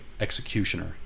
executioner